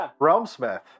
Realmsmith